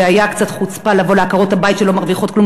זה היה קצת חוצפה לבוא לעקרות-הבית שלא מרוויחות כלום,